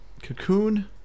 Cocoon